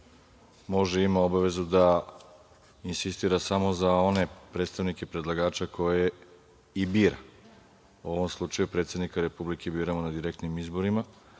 može, i ima obavezu, da insistira samo za one predstavnike predlagača koje i bira. U ovom slučaj, predsednika Republike biramo na direktnim izborima,